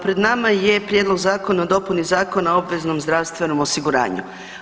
Pred nama je Prijedlog zakona o dopuni Zakona o obveznom zdravstvenom osiguranju.